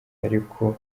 ariko